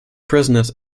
prisoners